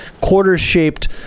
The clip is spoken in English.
quarter-shaped